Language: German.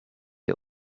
ihr